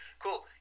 cool